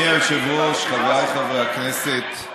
אדוני היושב-ראש, חבריי חברי הכנסת,